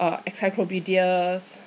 or encyclopedias